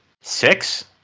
Six